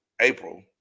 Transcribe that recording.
April